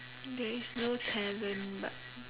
there is no talent but